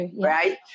right